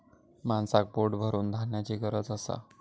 माणसाक पोट भरूक धान्याची गरज असा